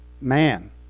Man